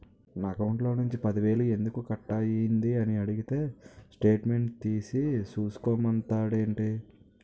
నా అకౌంట్ నుంచి పది వేలు ఎందుకు కట్ అయ్యింది అని అడిగితే స్టేట్మెంట్ తీసే చూసుకో మంతండేటి